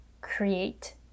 create